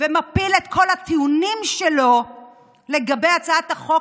ומפיל את כל הטיעונים שלו לגבי הצעת החוק